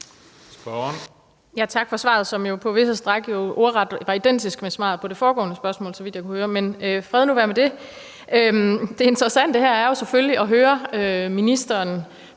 Tak for svaret, som jo på visse stræk var identisk med og ordret svarede til svaret på det foregående spørgsmål, så vidt jeg kunne høre. Men fred nu være med det. Det interessante her er selvfølgelig at høre ministeren